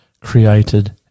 created